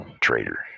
traitor